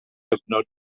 gyfnod